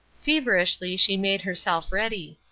feverishly she made herself ready.